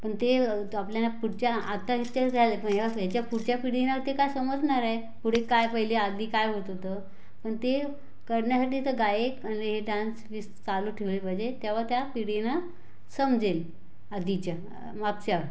पण ते तर आपल्याला पुढच्या आताच्या झाले आहेत पण ह्या ह्याच्या पुढच्या पिढीला ते काय समजणार आहे पुढे काय पहिले आधी काय होत होतं पण ते करण्यासाठी तर गायक आणि हे डान्स बिन्स चालू ठेवले पाहिजे तेव्हा त्या पिढीला समजेल आधीच्या मागच्या